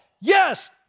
yes